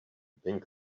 pink